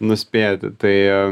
nuspėti tai